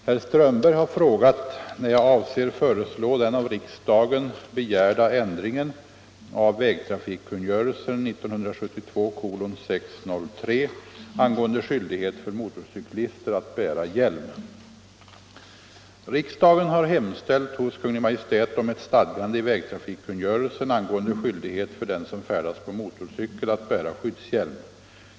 Herr Strömberg i Botkyrka har frågat när jag avser föreslå den av riksdagen begärda ändringen av vägtrafikkungörelsen angående skyldighet för motorcyklister att bära hjälm. att bära skyddshjälm.